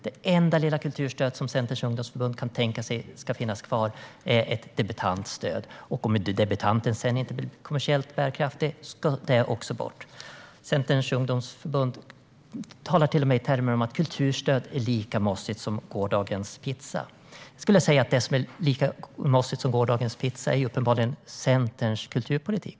Det enda lilla kulturstöd som Centerns ungdomsförbund kan tänka sig ska finnas kvar är ett debutantstöd. Om debutanten sedan inte blir kommersiellt bärkraftig ska det också bort. Centerns ungdomsförbund talar till och med i termer av att kulturstöd är lika mossigt som gårdagens pizza. Jag skulle vilja säga att det som uppenbarligen är lika mossigt som gårdagens pizza är Centerns kulturpolitik.